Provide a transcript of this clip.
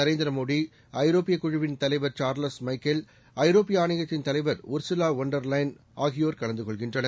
நரேந்திரமோடிஐரோப்பியகுழுவின் தலைவர் Charles Michel ஐரோப்பியஆணையத்தின் தலைவர் உர்சுலாவோன் டெர் லெயன் ஆகியோர் கலந்துகொள்கின்றனர்